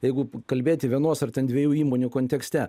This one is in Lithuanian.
jeigu kalbėti vienos ar ten dviejų įmonių kontekste